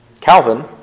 Calvin